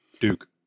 Duke